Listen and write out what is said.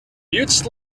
mutes